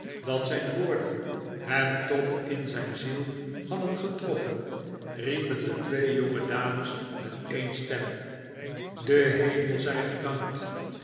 dat zijn woorden hem tot in zijn ziel hadden getroffen riepen de twee jongedames met een stem de hemel zij gedanktl